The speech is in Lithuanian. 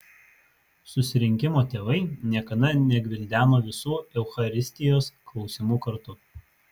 susirinkimo tėvai niekada negvildeno visų eucharistijos klausimų kartu